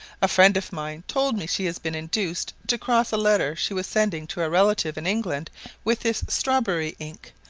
a friend of mine told me she had been induced to cross a letter she was sending to a relative in england with this strawberry ink,